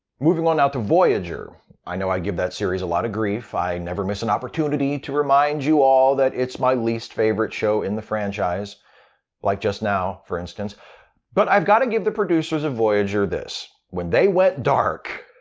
moving on to voyager i know i give that series a lot of grief, i never miss an opportunity to remind you all that it's my least favorite show in the franchise like just now, for instance but i've gotta give the producers of voyager this when they went dark,